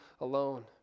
alone